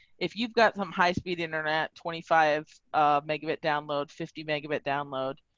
if you've got some high speed internet twenty five megabit download fifty megabit download,